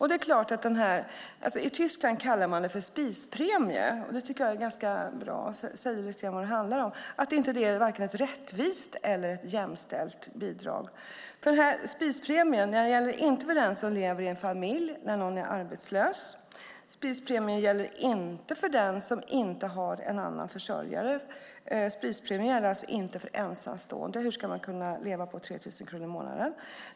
I Tyskland kallar man detta för spispremie. Det tycker jag är ganska bra. Det säger lite grann om vad det handlar om, att det inte är vare sig ett rättvist eller ett jämställt bidrag. Spispremien gäller inte för den som lever i en familj där någon är arbetslös. Spispremien gäller inte för den som inte har en annan försörjare. Spispremien gäller alltså inte för ensamstående. Hur ska man kunna leva på 3 000 kronor i månaden?